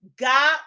God